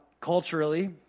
culturally